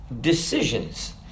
decisions